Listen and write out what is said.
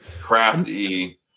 crafty